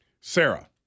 Sarah